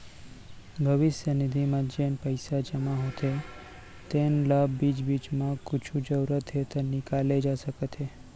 भविस्य निधि म जेन पइसा जमा होथे तेन ल बीच बीच म कुछु जरूरत हे त निकाले जा सकत हे